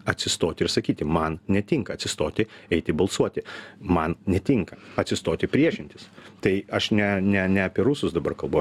atsistoti ir sakyti man netinka atsistoti eiti balsuoti man netinka atsistoti priešintis tai aš ne ne ne apie rusus dabar kalbu